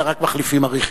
אלא רק מחליפים אריחים.